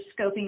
scoping